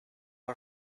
are